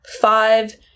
five